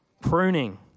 Pruning